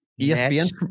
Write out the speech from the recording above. ESPN